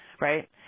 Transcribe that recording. right